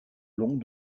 long